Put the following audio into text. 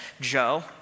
Joe